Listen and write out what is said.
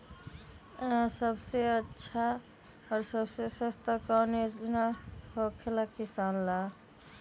आ सबसे अच्छा और सबसे सस्ता कौन योजना होखेला किसान ला?